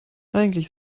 eigentlich